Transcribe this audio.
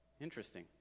Interesting